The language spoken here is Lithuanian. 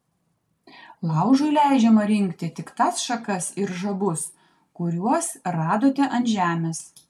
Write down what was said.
laužui leidžiama rinkti tik tas šakas ir žabus kuriuos radote ant žemės